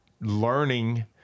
learning